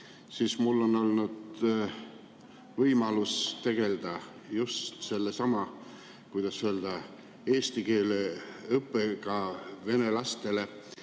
siis mul on olnud võimalus tegeleda just sellesamaga, kuidas öelda, eesti keele õppega vene lastele.